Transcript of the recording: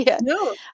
no